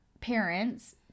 parents